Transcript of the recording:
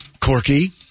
Corky